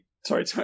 sorry